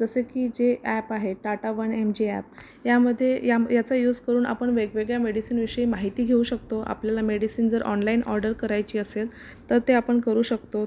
जसं की जे ॲप आहे Tata one M G app यामध्ये या याचा यूज करून आपण वेगवेगळ्या मेडिसीनविषयी माहिती घेऊ शकतो आपल्याला मेडिसीन जर ऑनलाइन ऑर्डर करायची असेल तर ते आपण करू शकतो